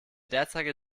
derzeitige